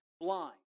blind